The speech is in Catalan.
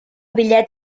bitllet